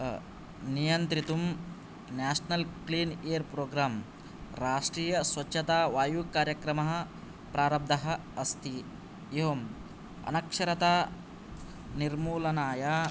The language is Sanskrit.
नियन्त्रितुं न्याश्नाल क्लीन एयर प्रोग्राम् राष्ट्रीय स्वच्छता वायु कार्यक्रमः प्रारब्धः अस्ति एवं अनक्षरता निर्मूलनाय